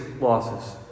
losses